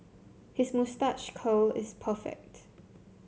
his moustache curl is perfect